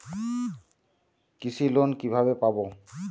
কৃষি লোন কিভাবে পাব?